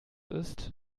ist